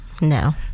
No